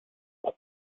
pour